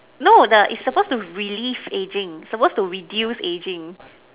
no the is supposed to release ageing supposed to reduce ageing